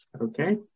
Okay